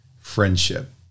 friendship